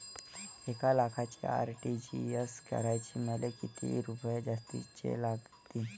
एक लाखाचे आर.टी.जी.एस करासाठी मले कितीक रुपये जास्तीचे लागतीनं?